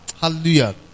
Hallelujah